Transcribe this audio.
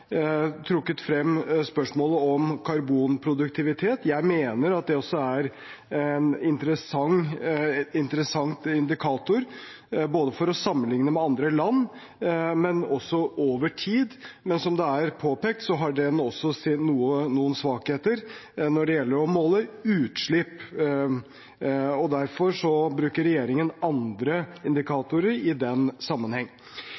trukket frem spørsmålet om karbonproduktivitet. Jeg mener at det også er en interessant indikator, både for å sammenligne med andre land og også over tid. Men som det er påpekt, har den også noen svakheter når det gjelder å måle utslipp, og derfor bruker regjeringen andre indikatorer i den sammenheng.